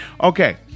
Okay